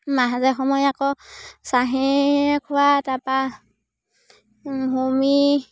মাজে সময়ে আকৌ চাহিয়ে খোৱা তাপা সুমি